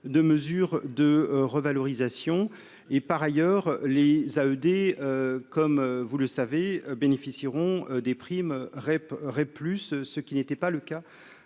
de mesures de revalorisation et par ailleurs les à ED, comme vous le savez, bénéficieront des primes rep plus ce qui n'était pas le cas